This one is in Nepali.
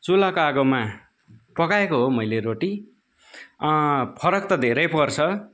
चुलाको आगोमा पकाएको हो मैले रोटी फरक त धेरै पर्छ